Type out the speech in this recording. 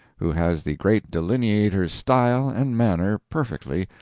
who has the great delineator's style and manner perfectly,